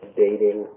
dating